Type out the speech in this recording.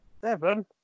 Seven